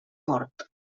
mort